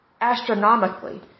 astronomically